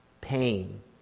pain